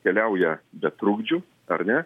keliauja be trukdžių ar ne